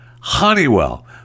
Honeywell